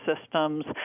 systems